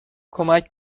کمک